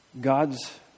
God's